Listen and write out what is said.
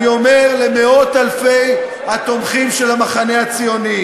אני אומר למאות-אלפי התומכים של המחנה הציוני